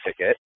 ticket